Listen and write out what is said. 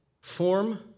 Form